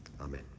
Amen